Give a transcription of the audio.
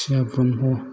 थिया ब्रह्म